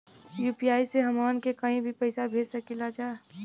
UPI से हमहन के कहीं भी पैसा भेज सकीला जा?